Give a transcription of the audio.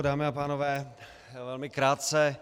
Dámy a pánové, velmi krátce.